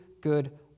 good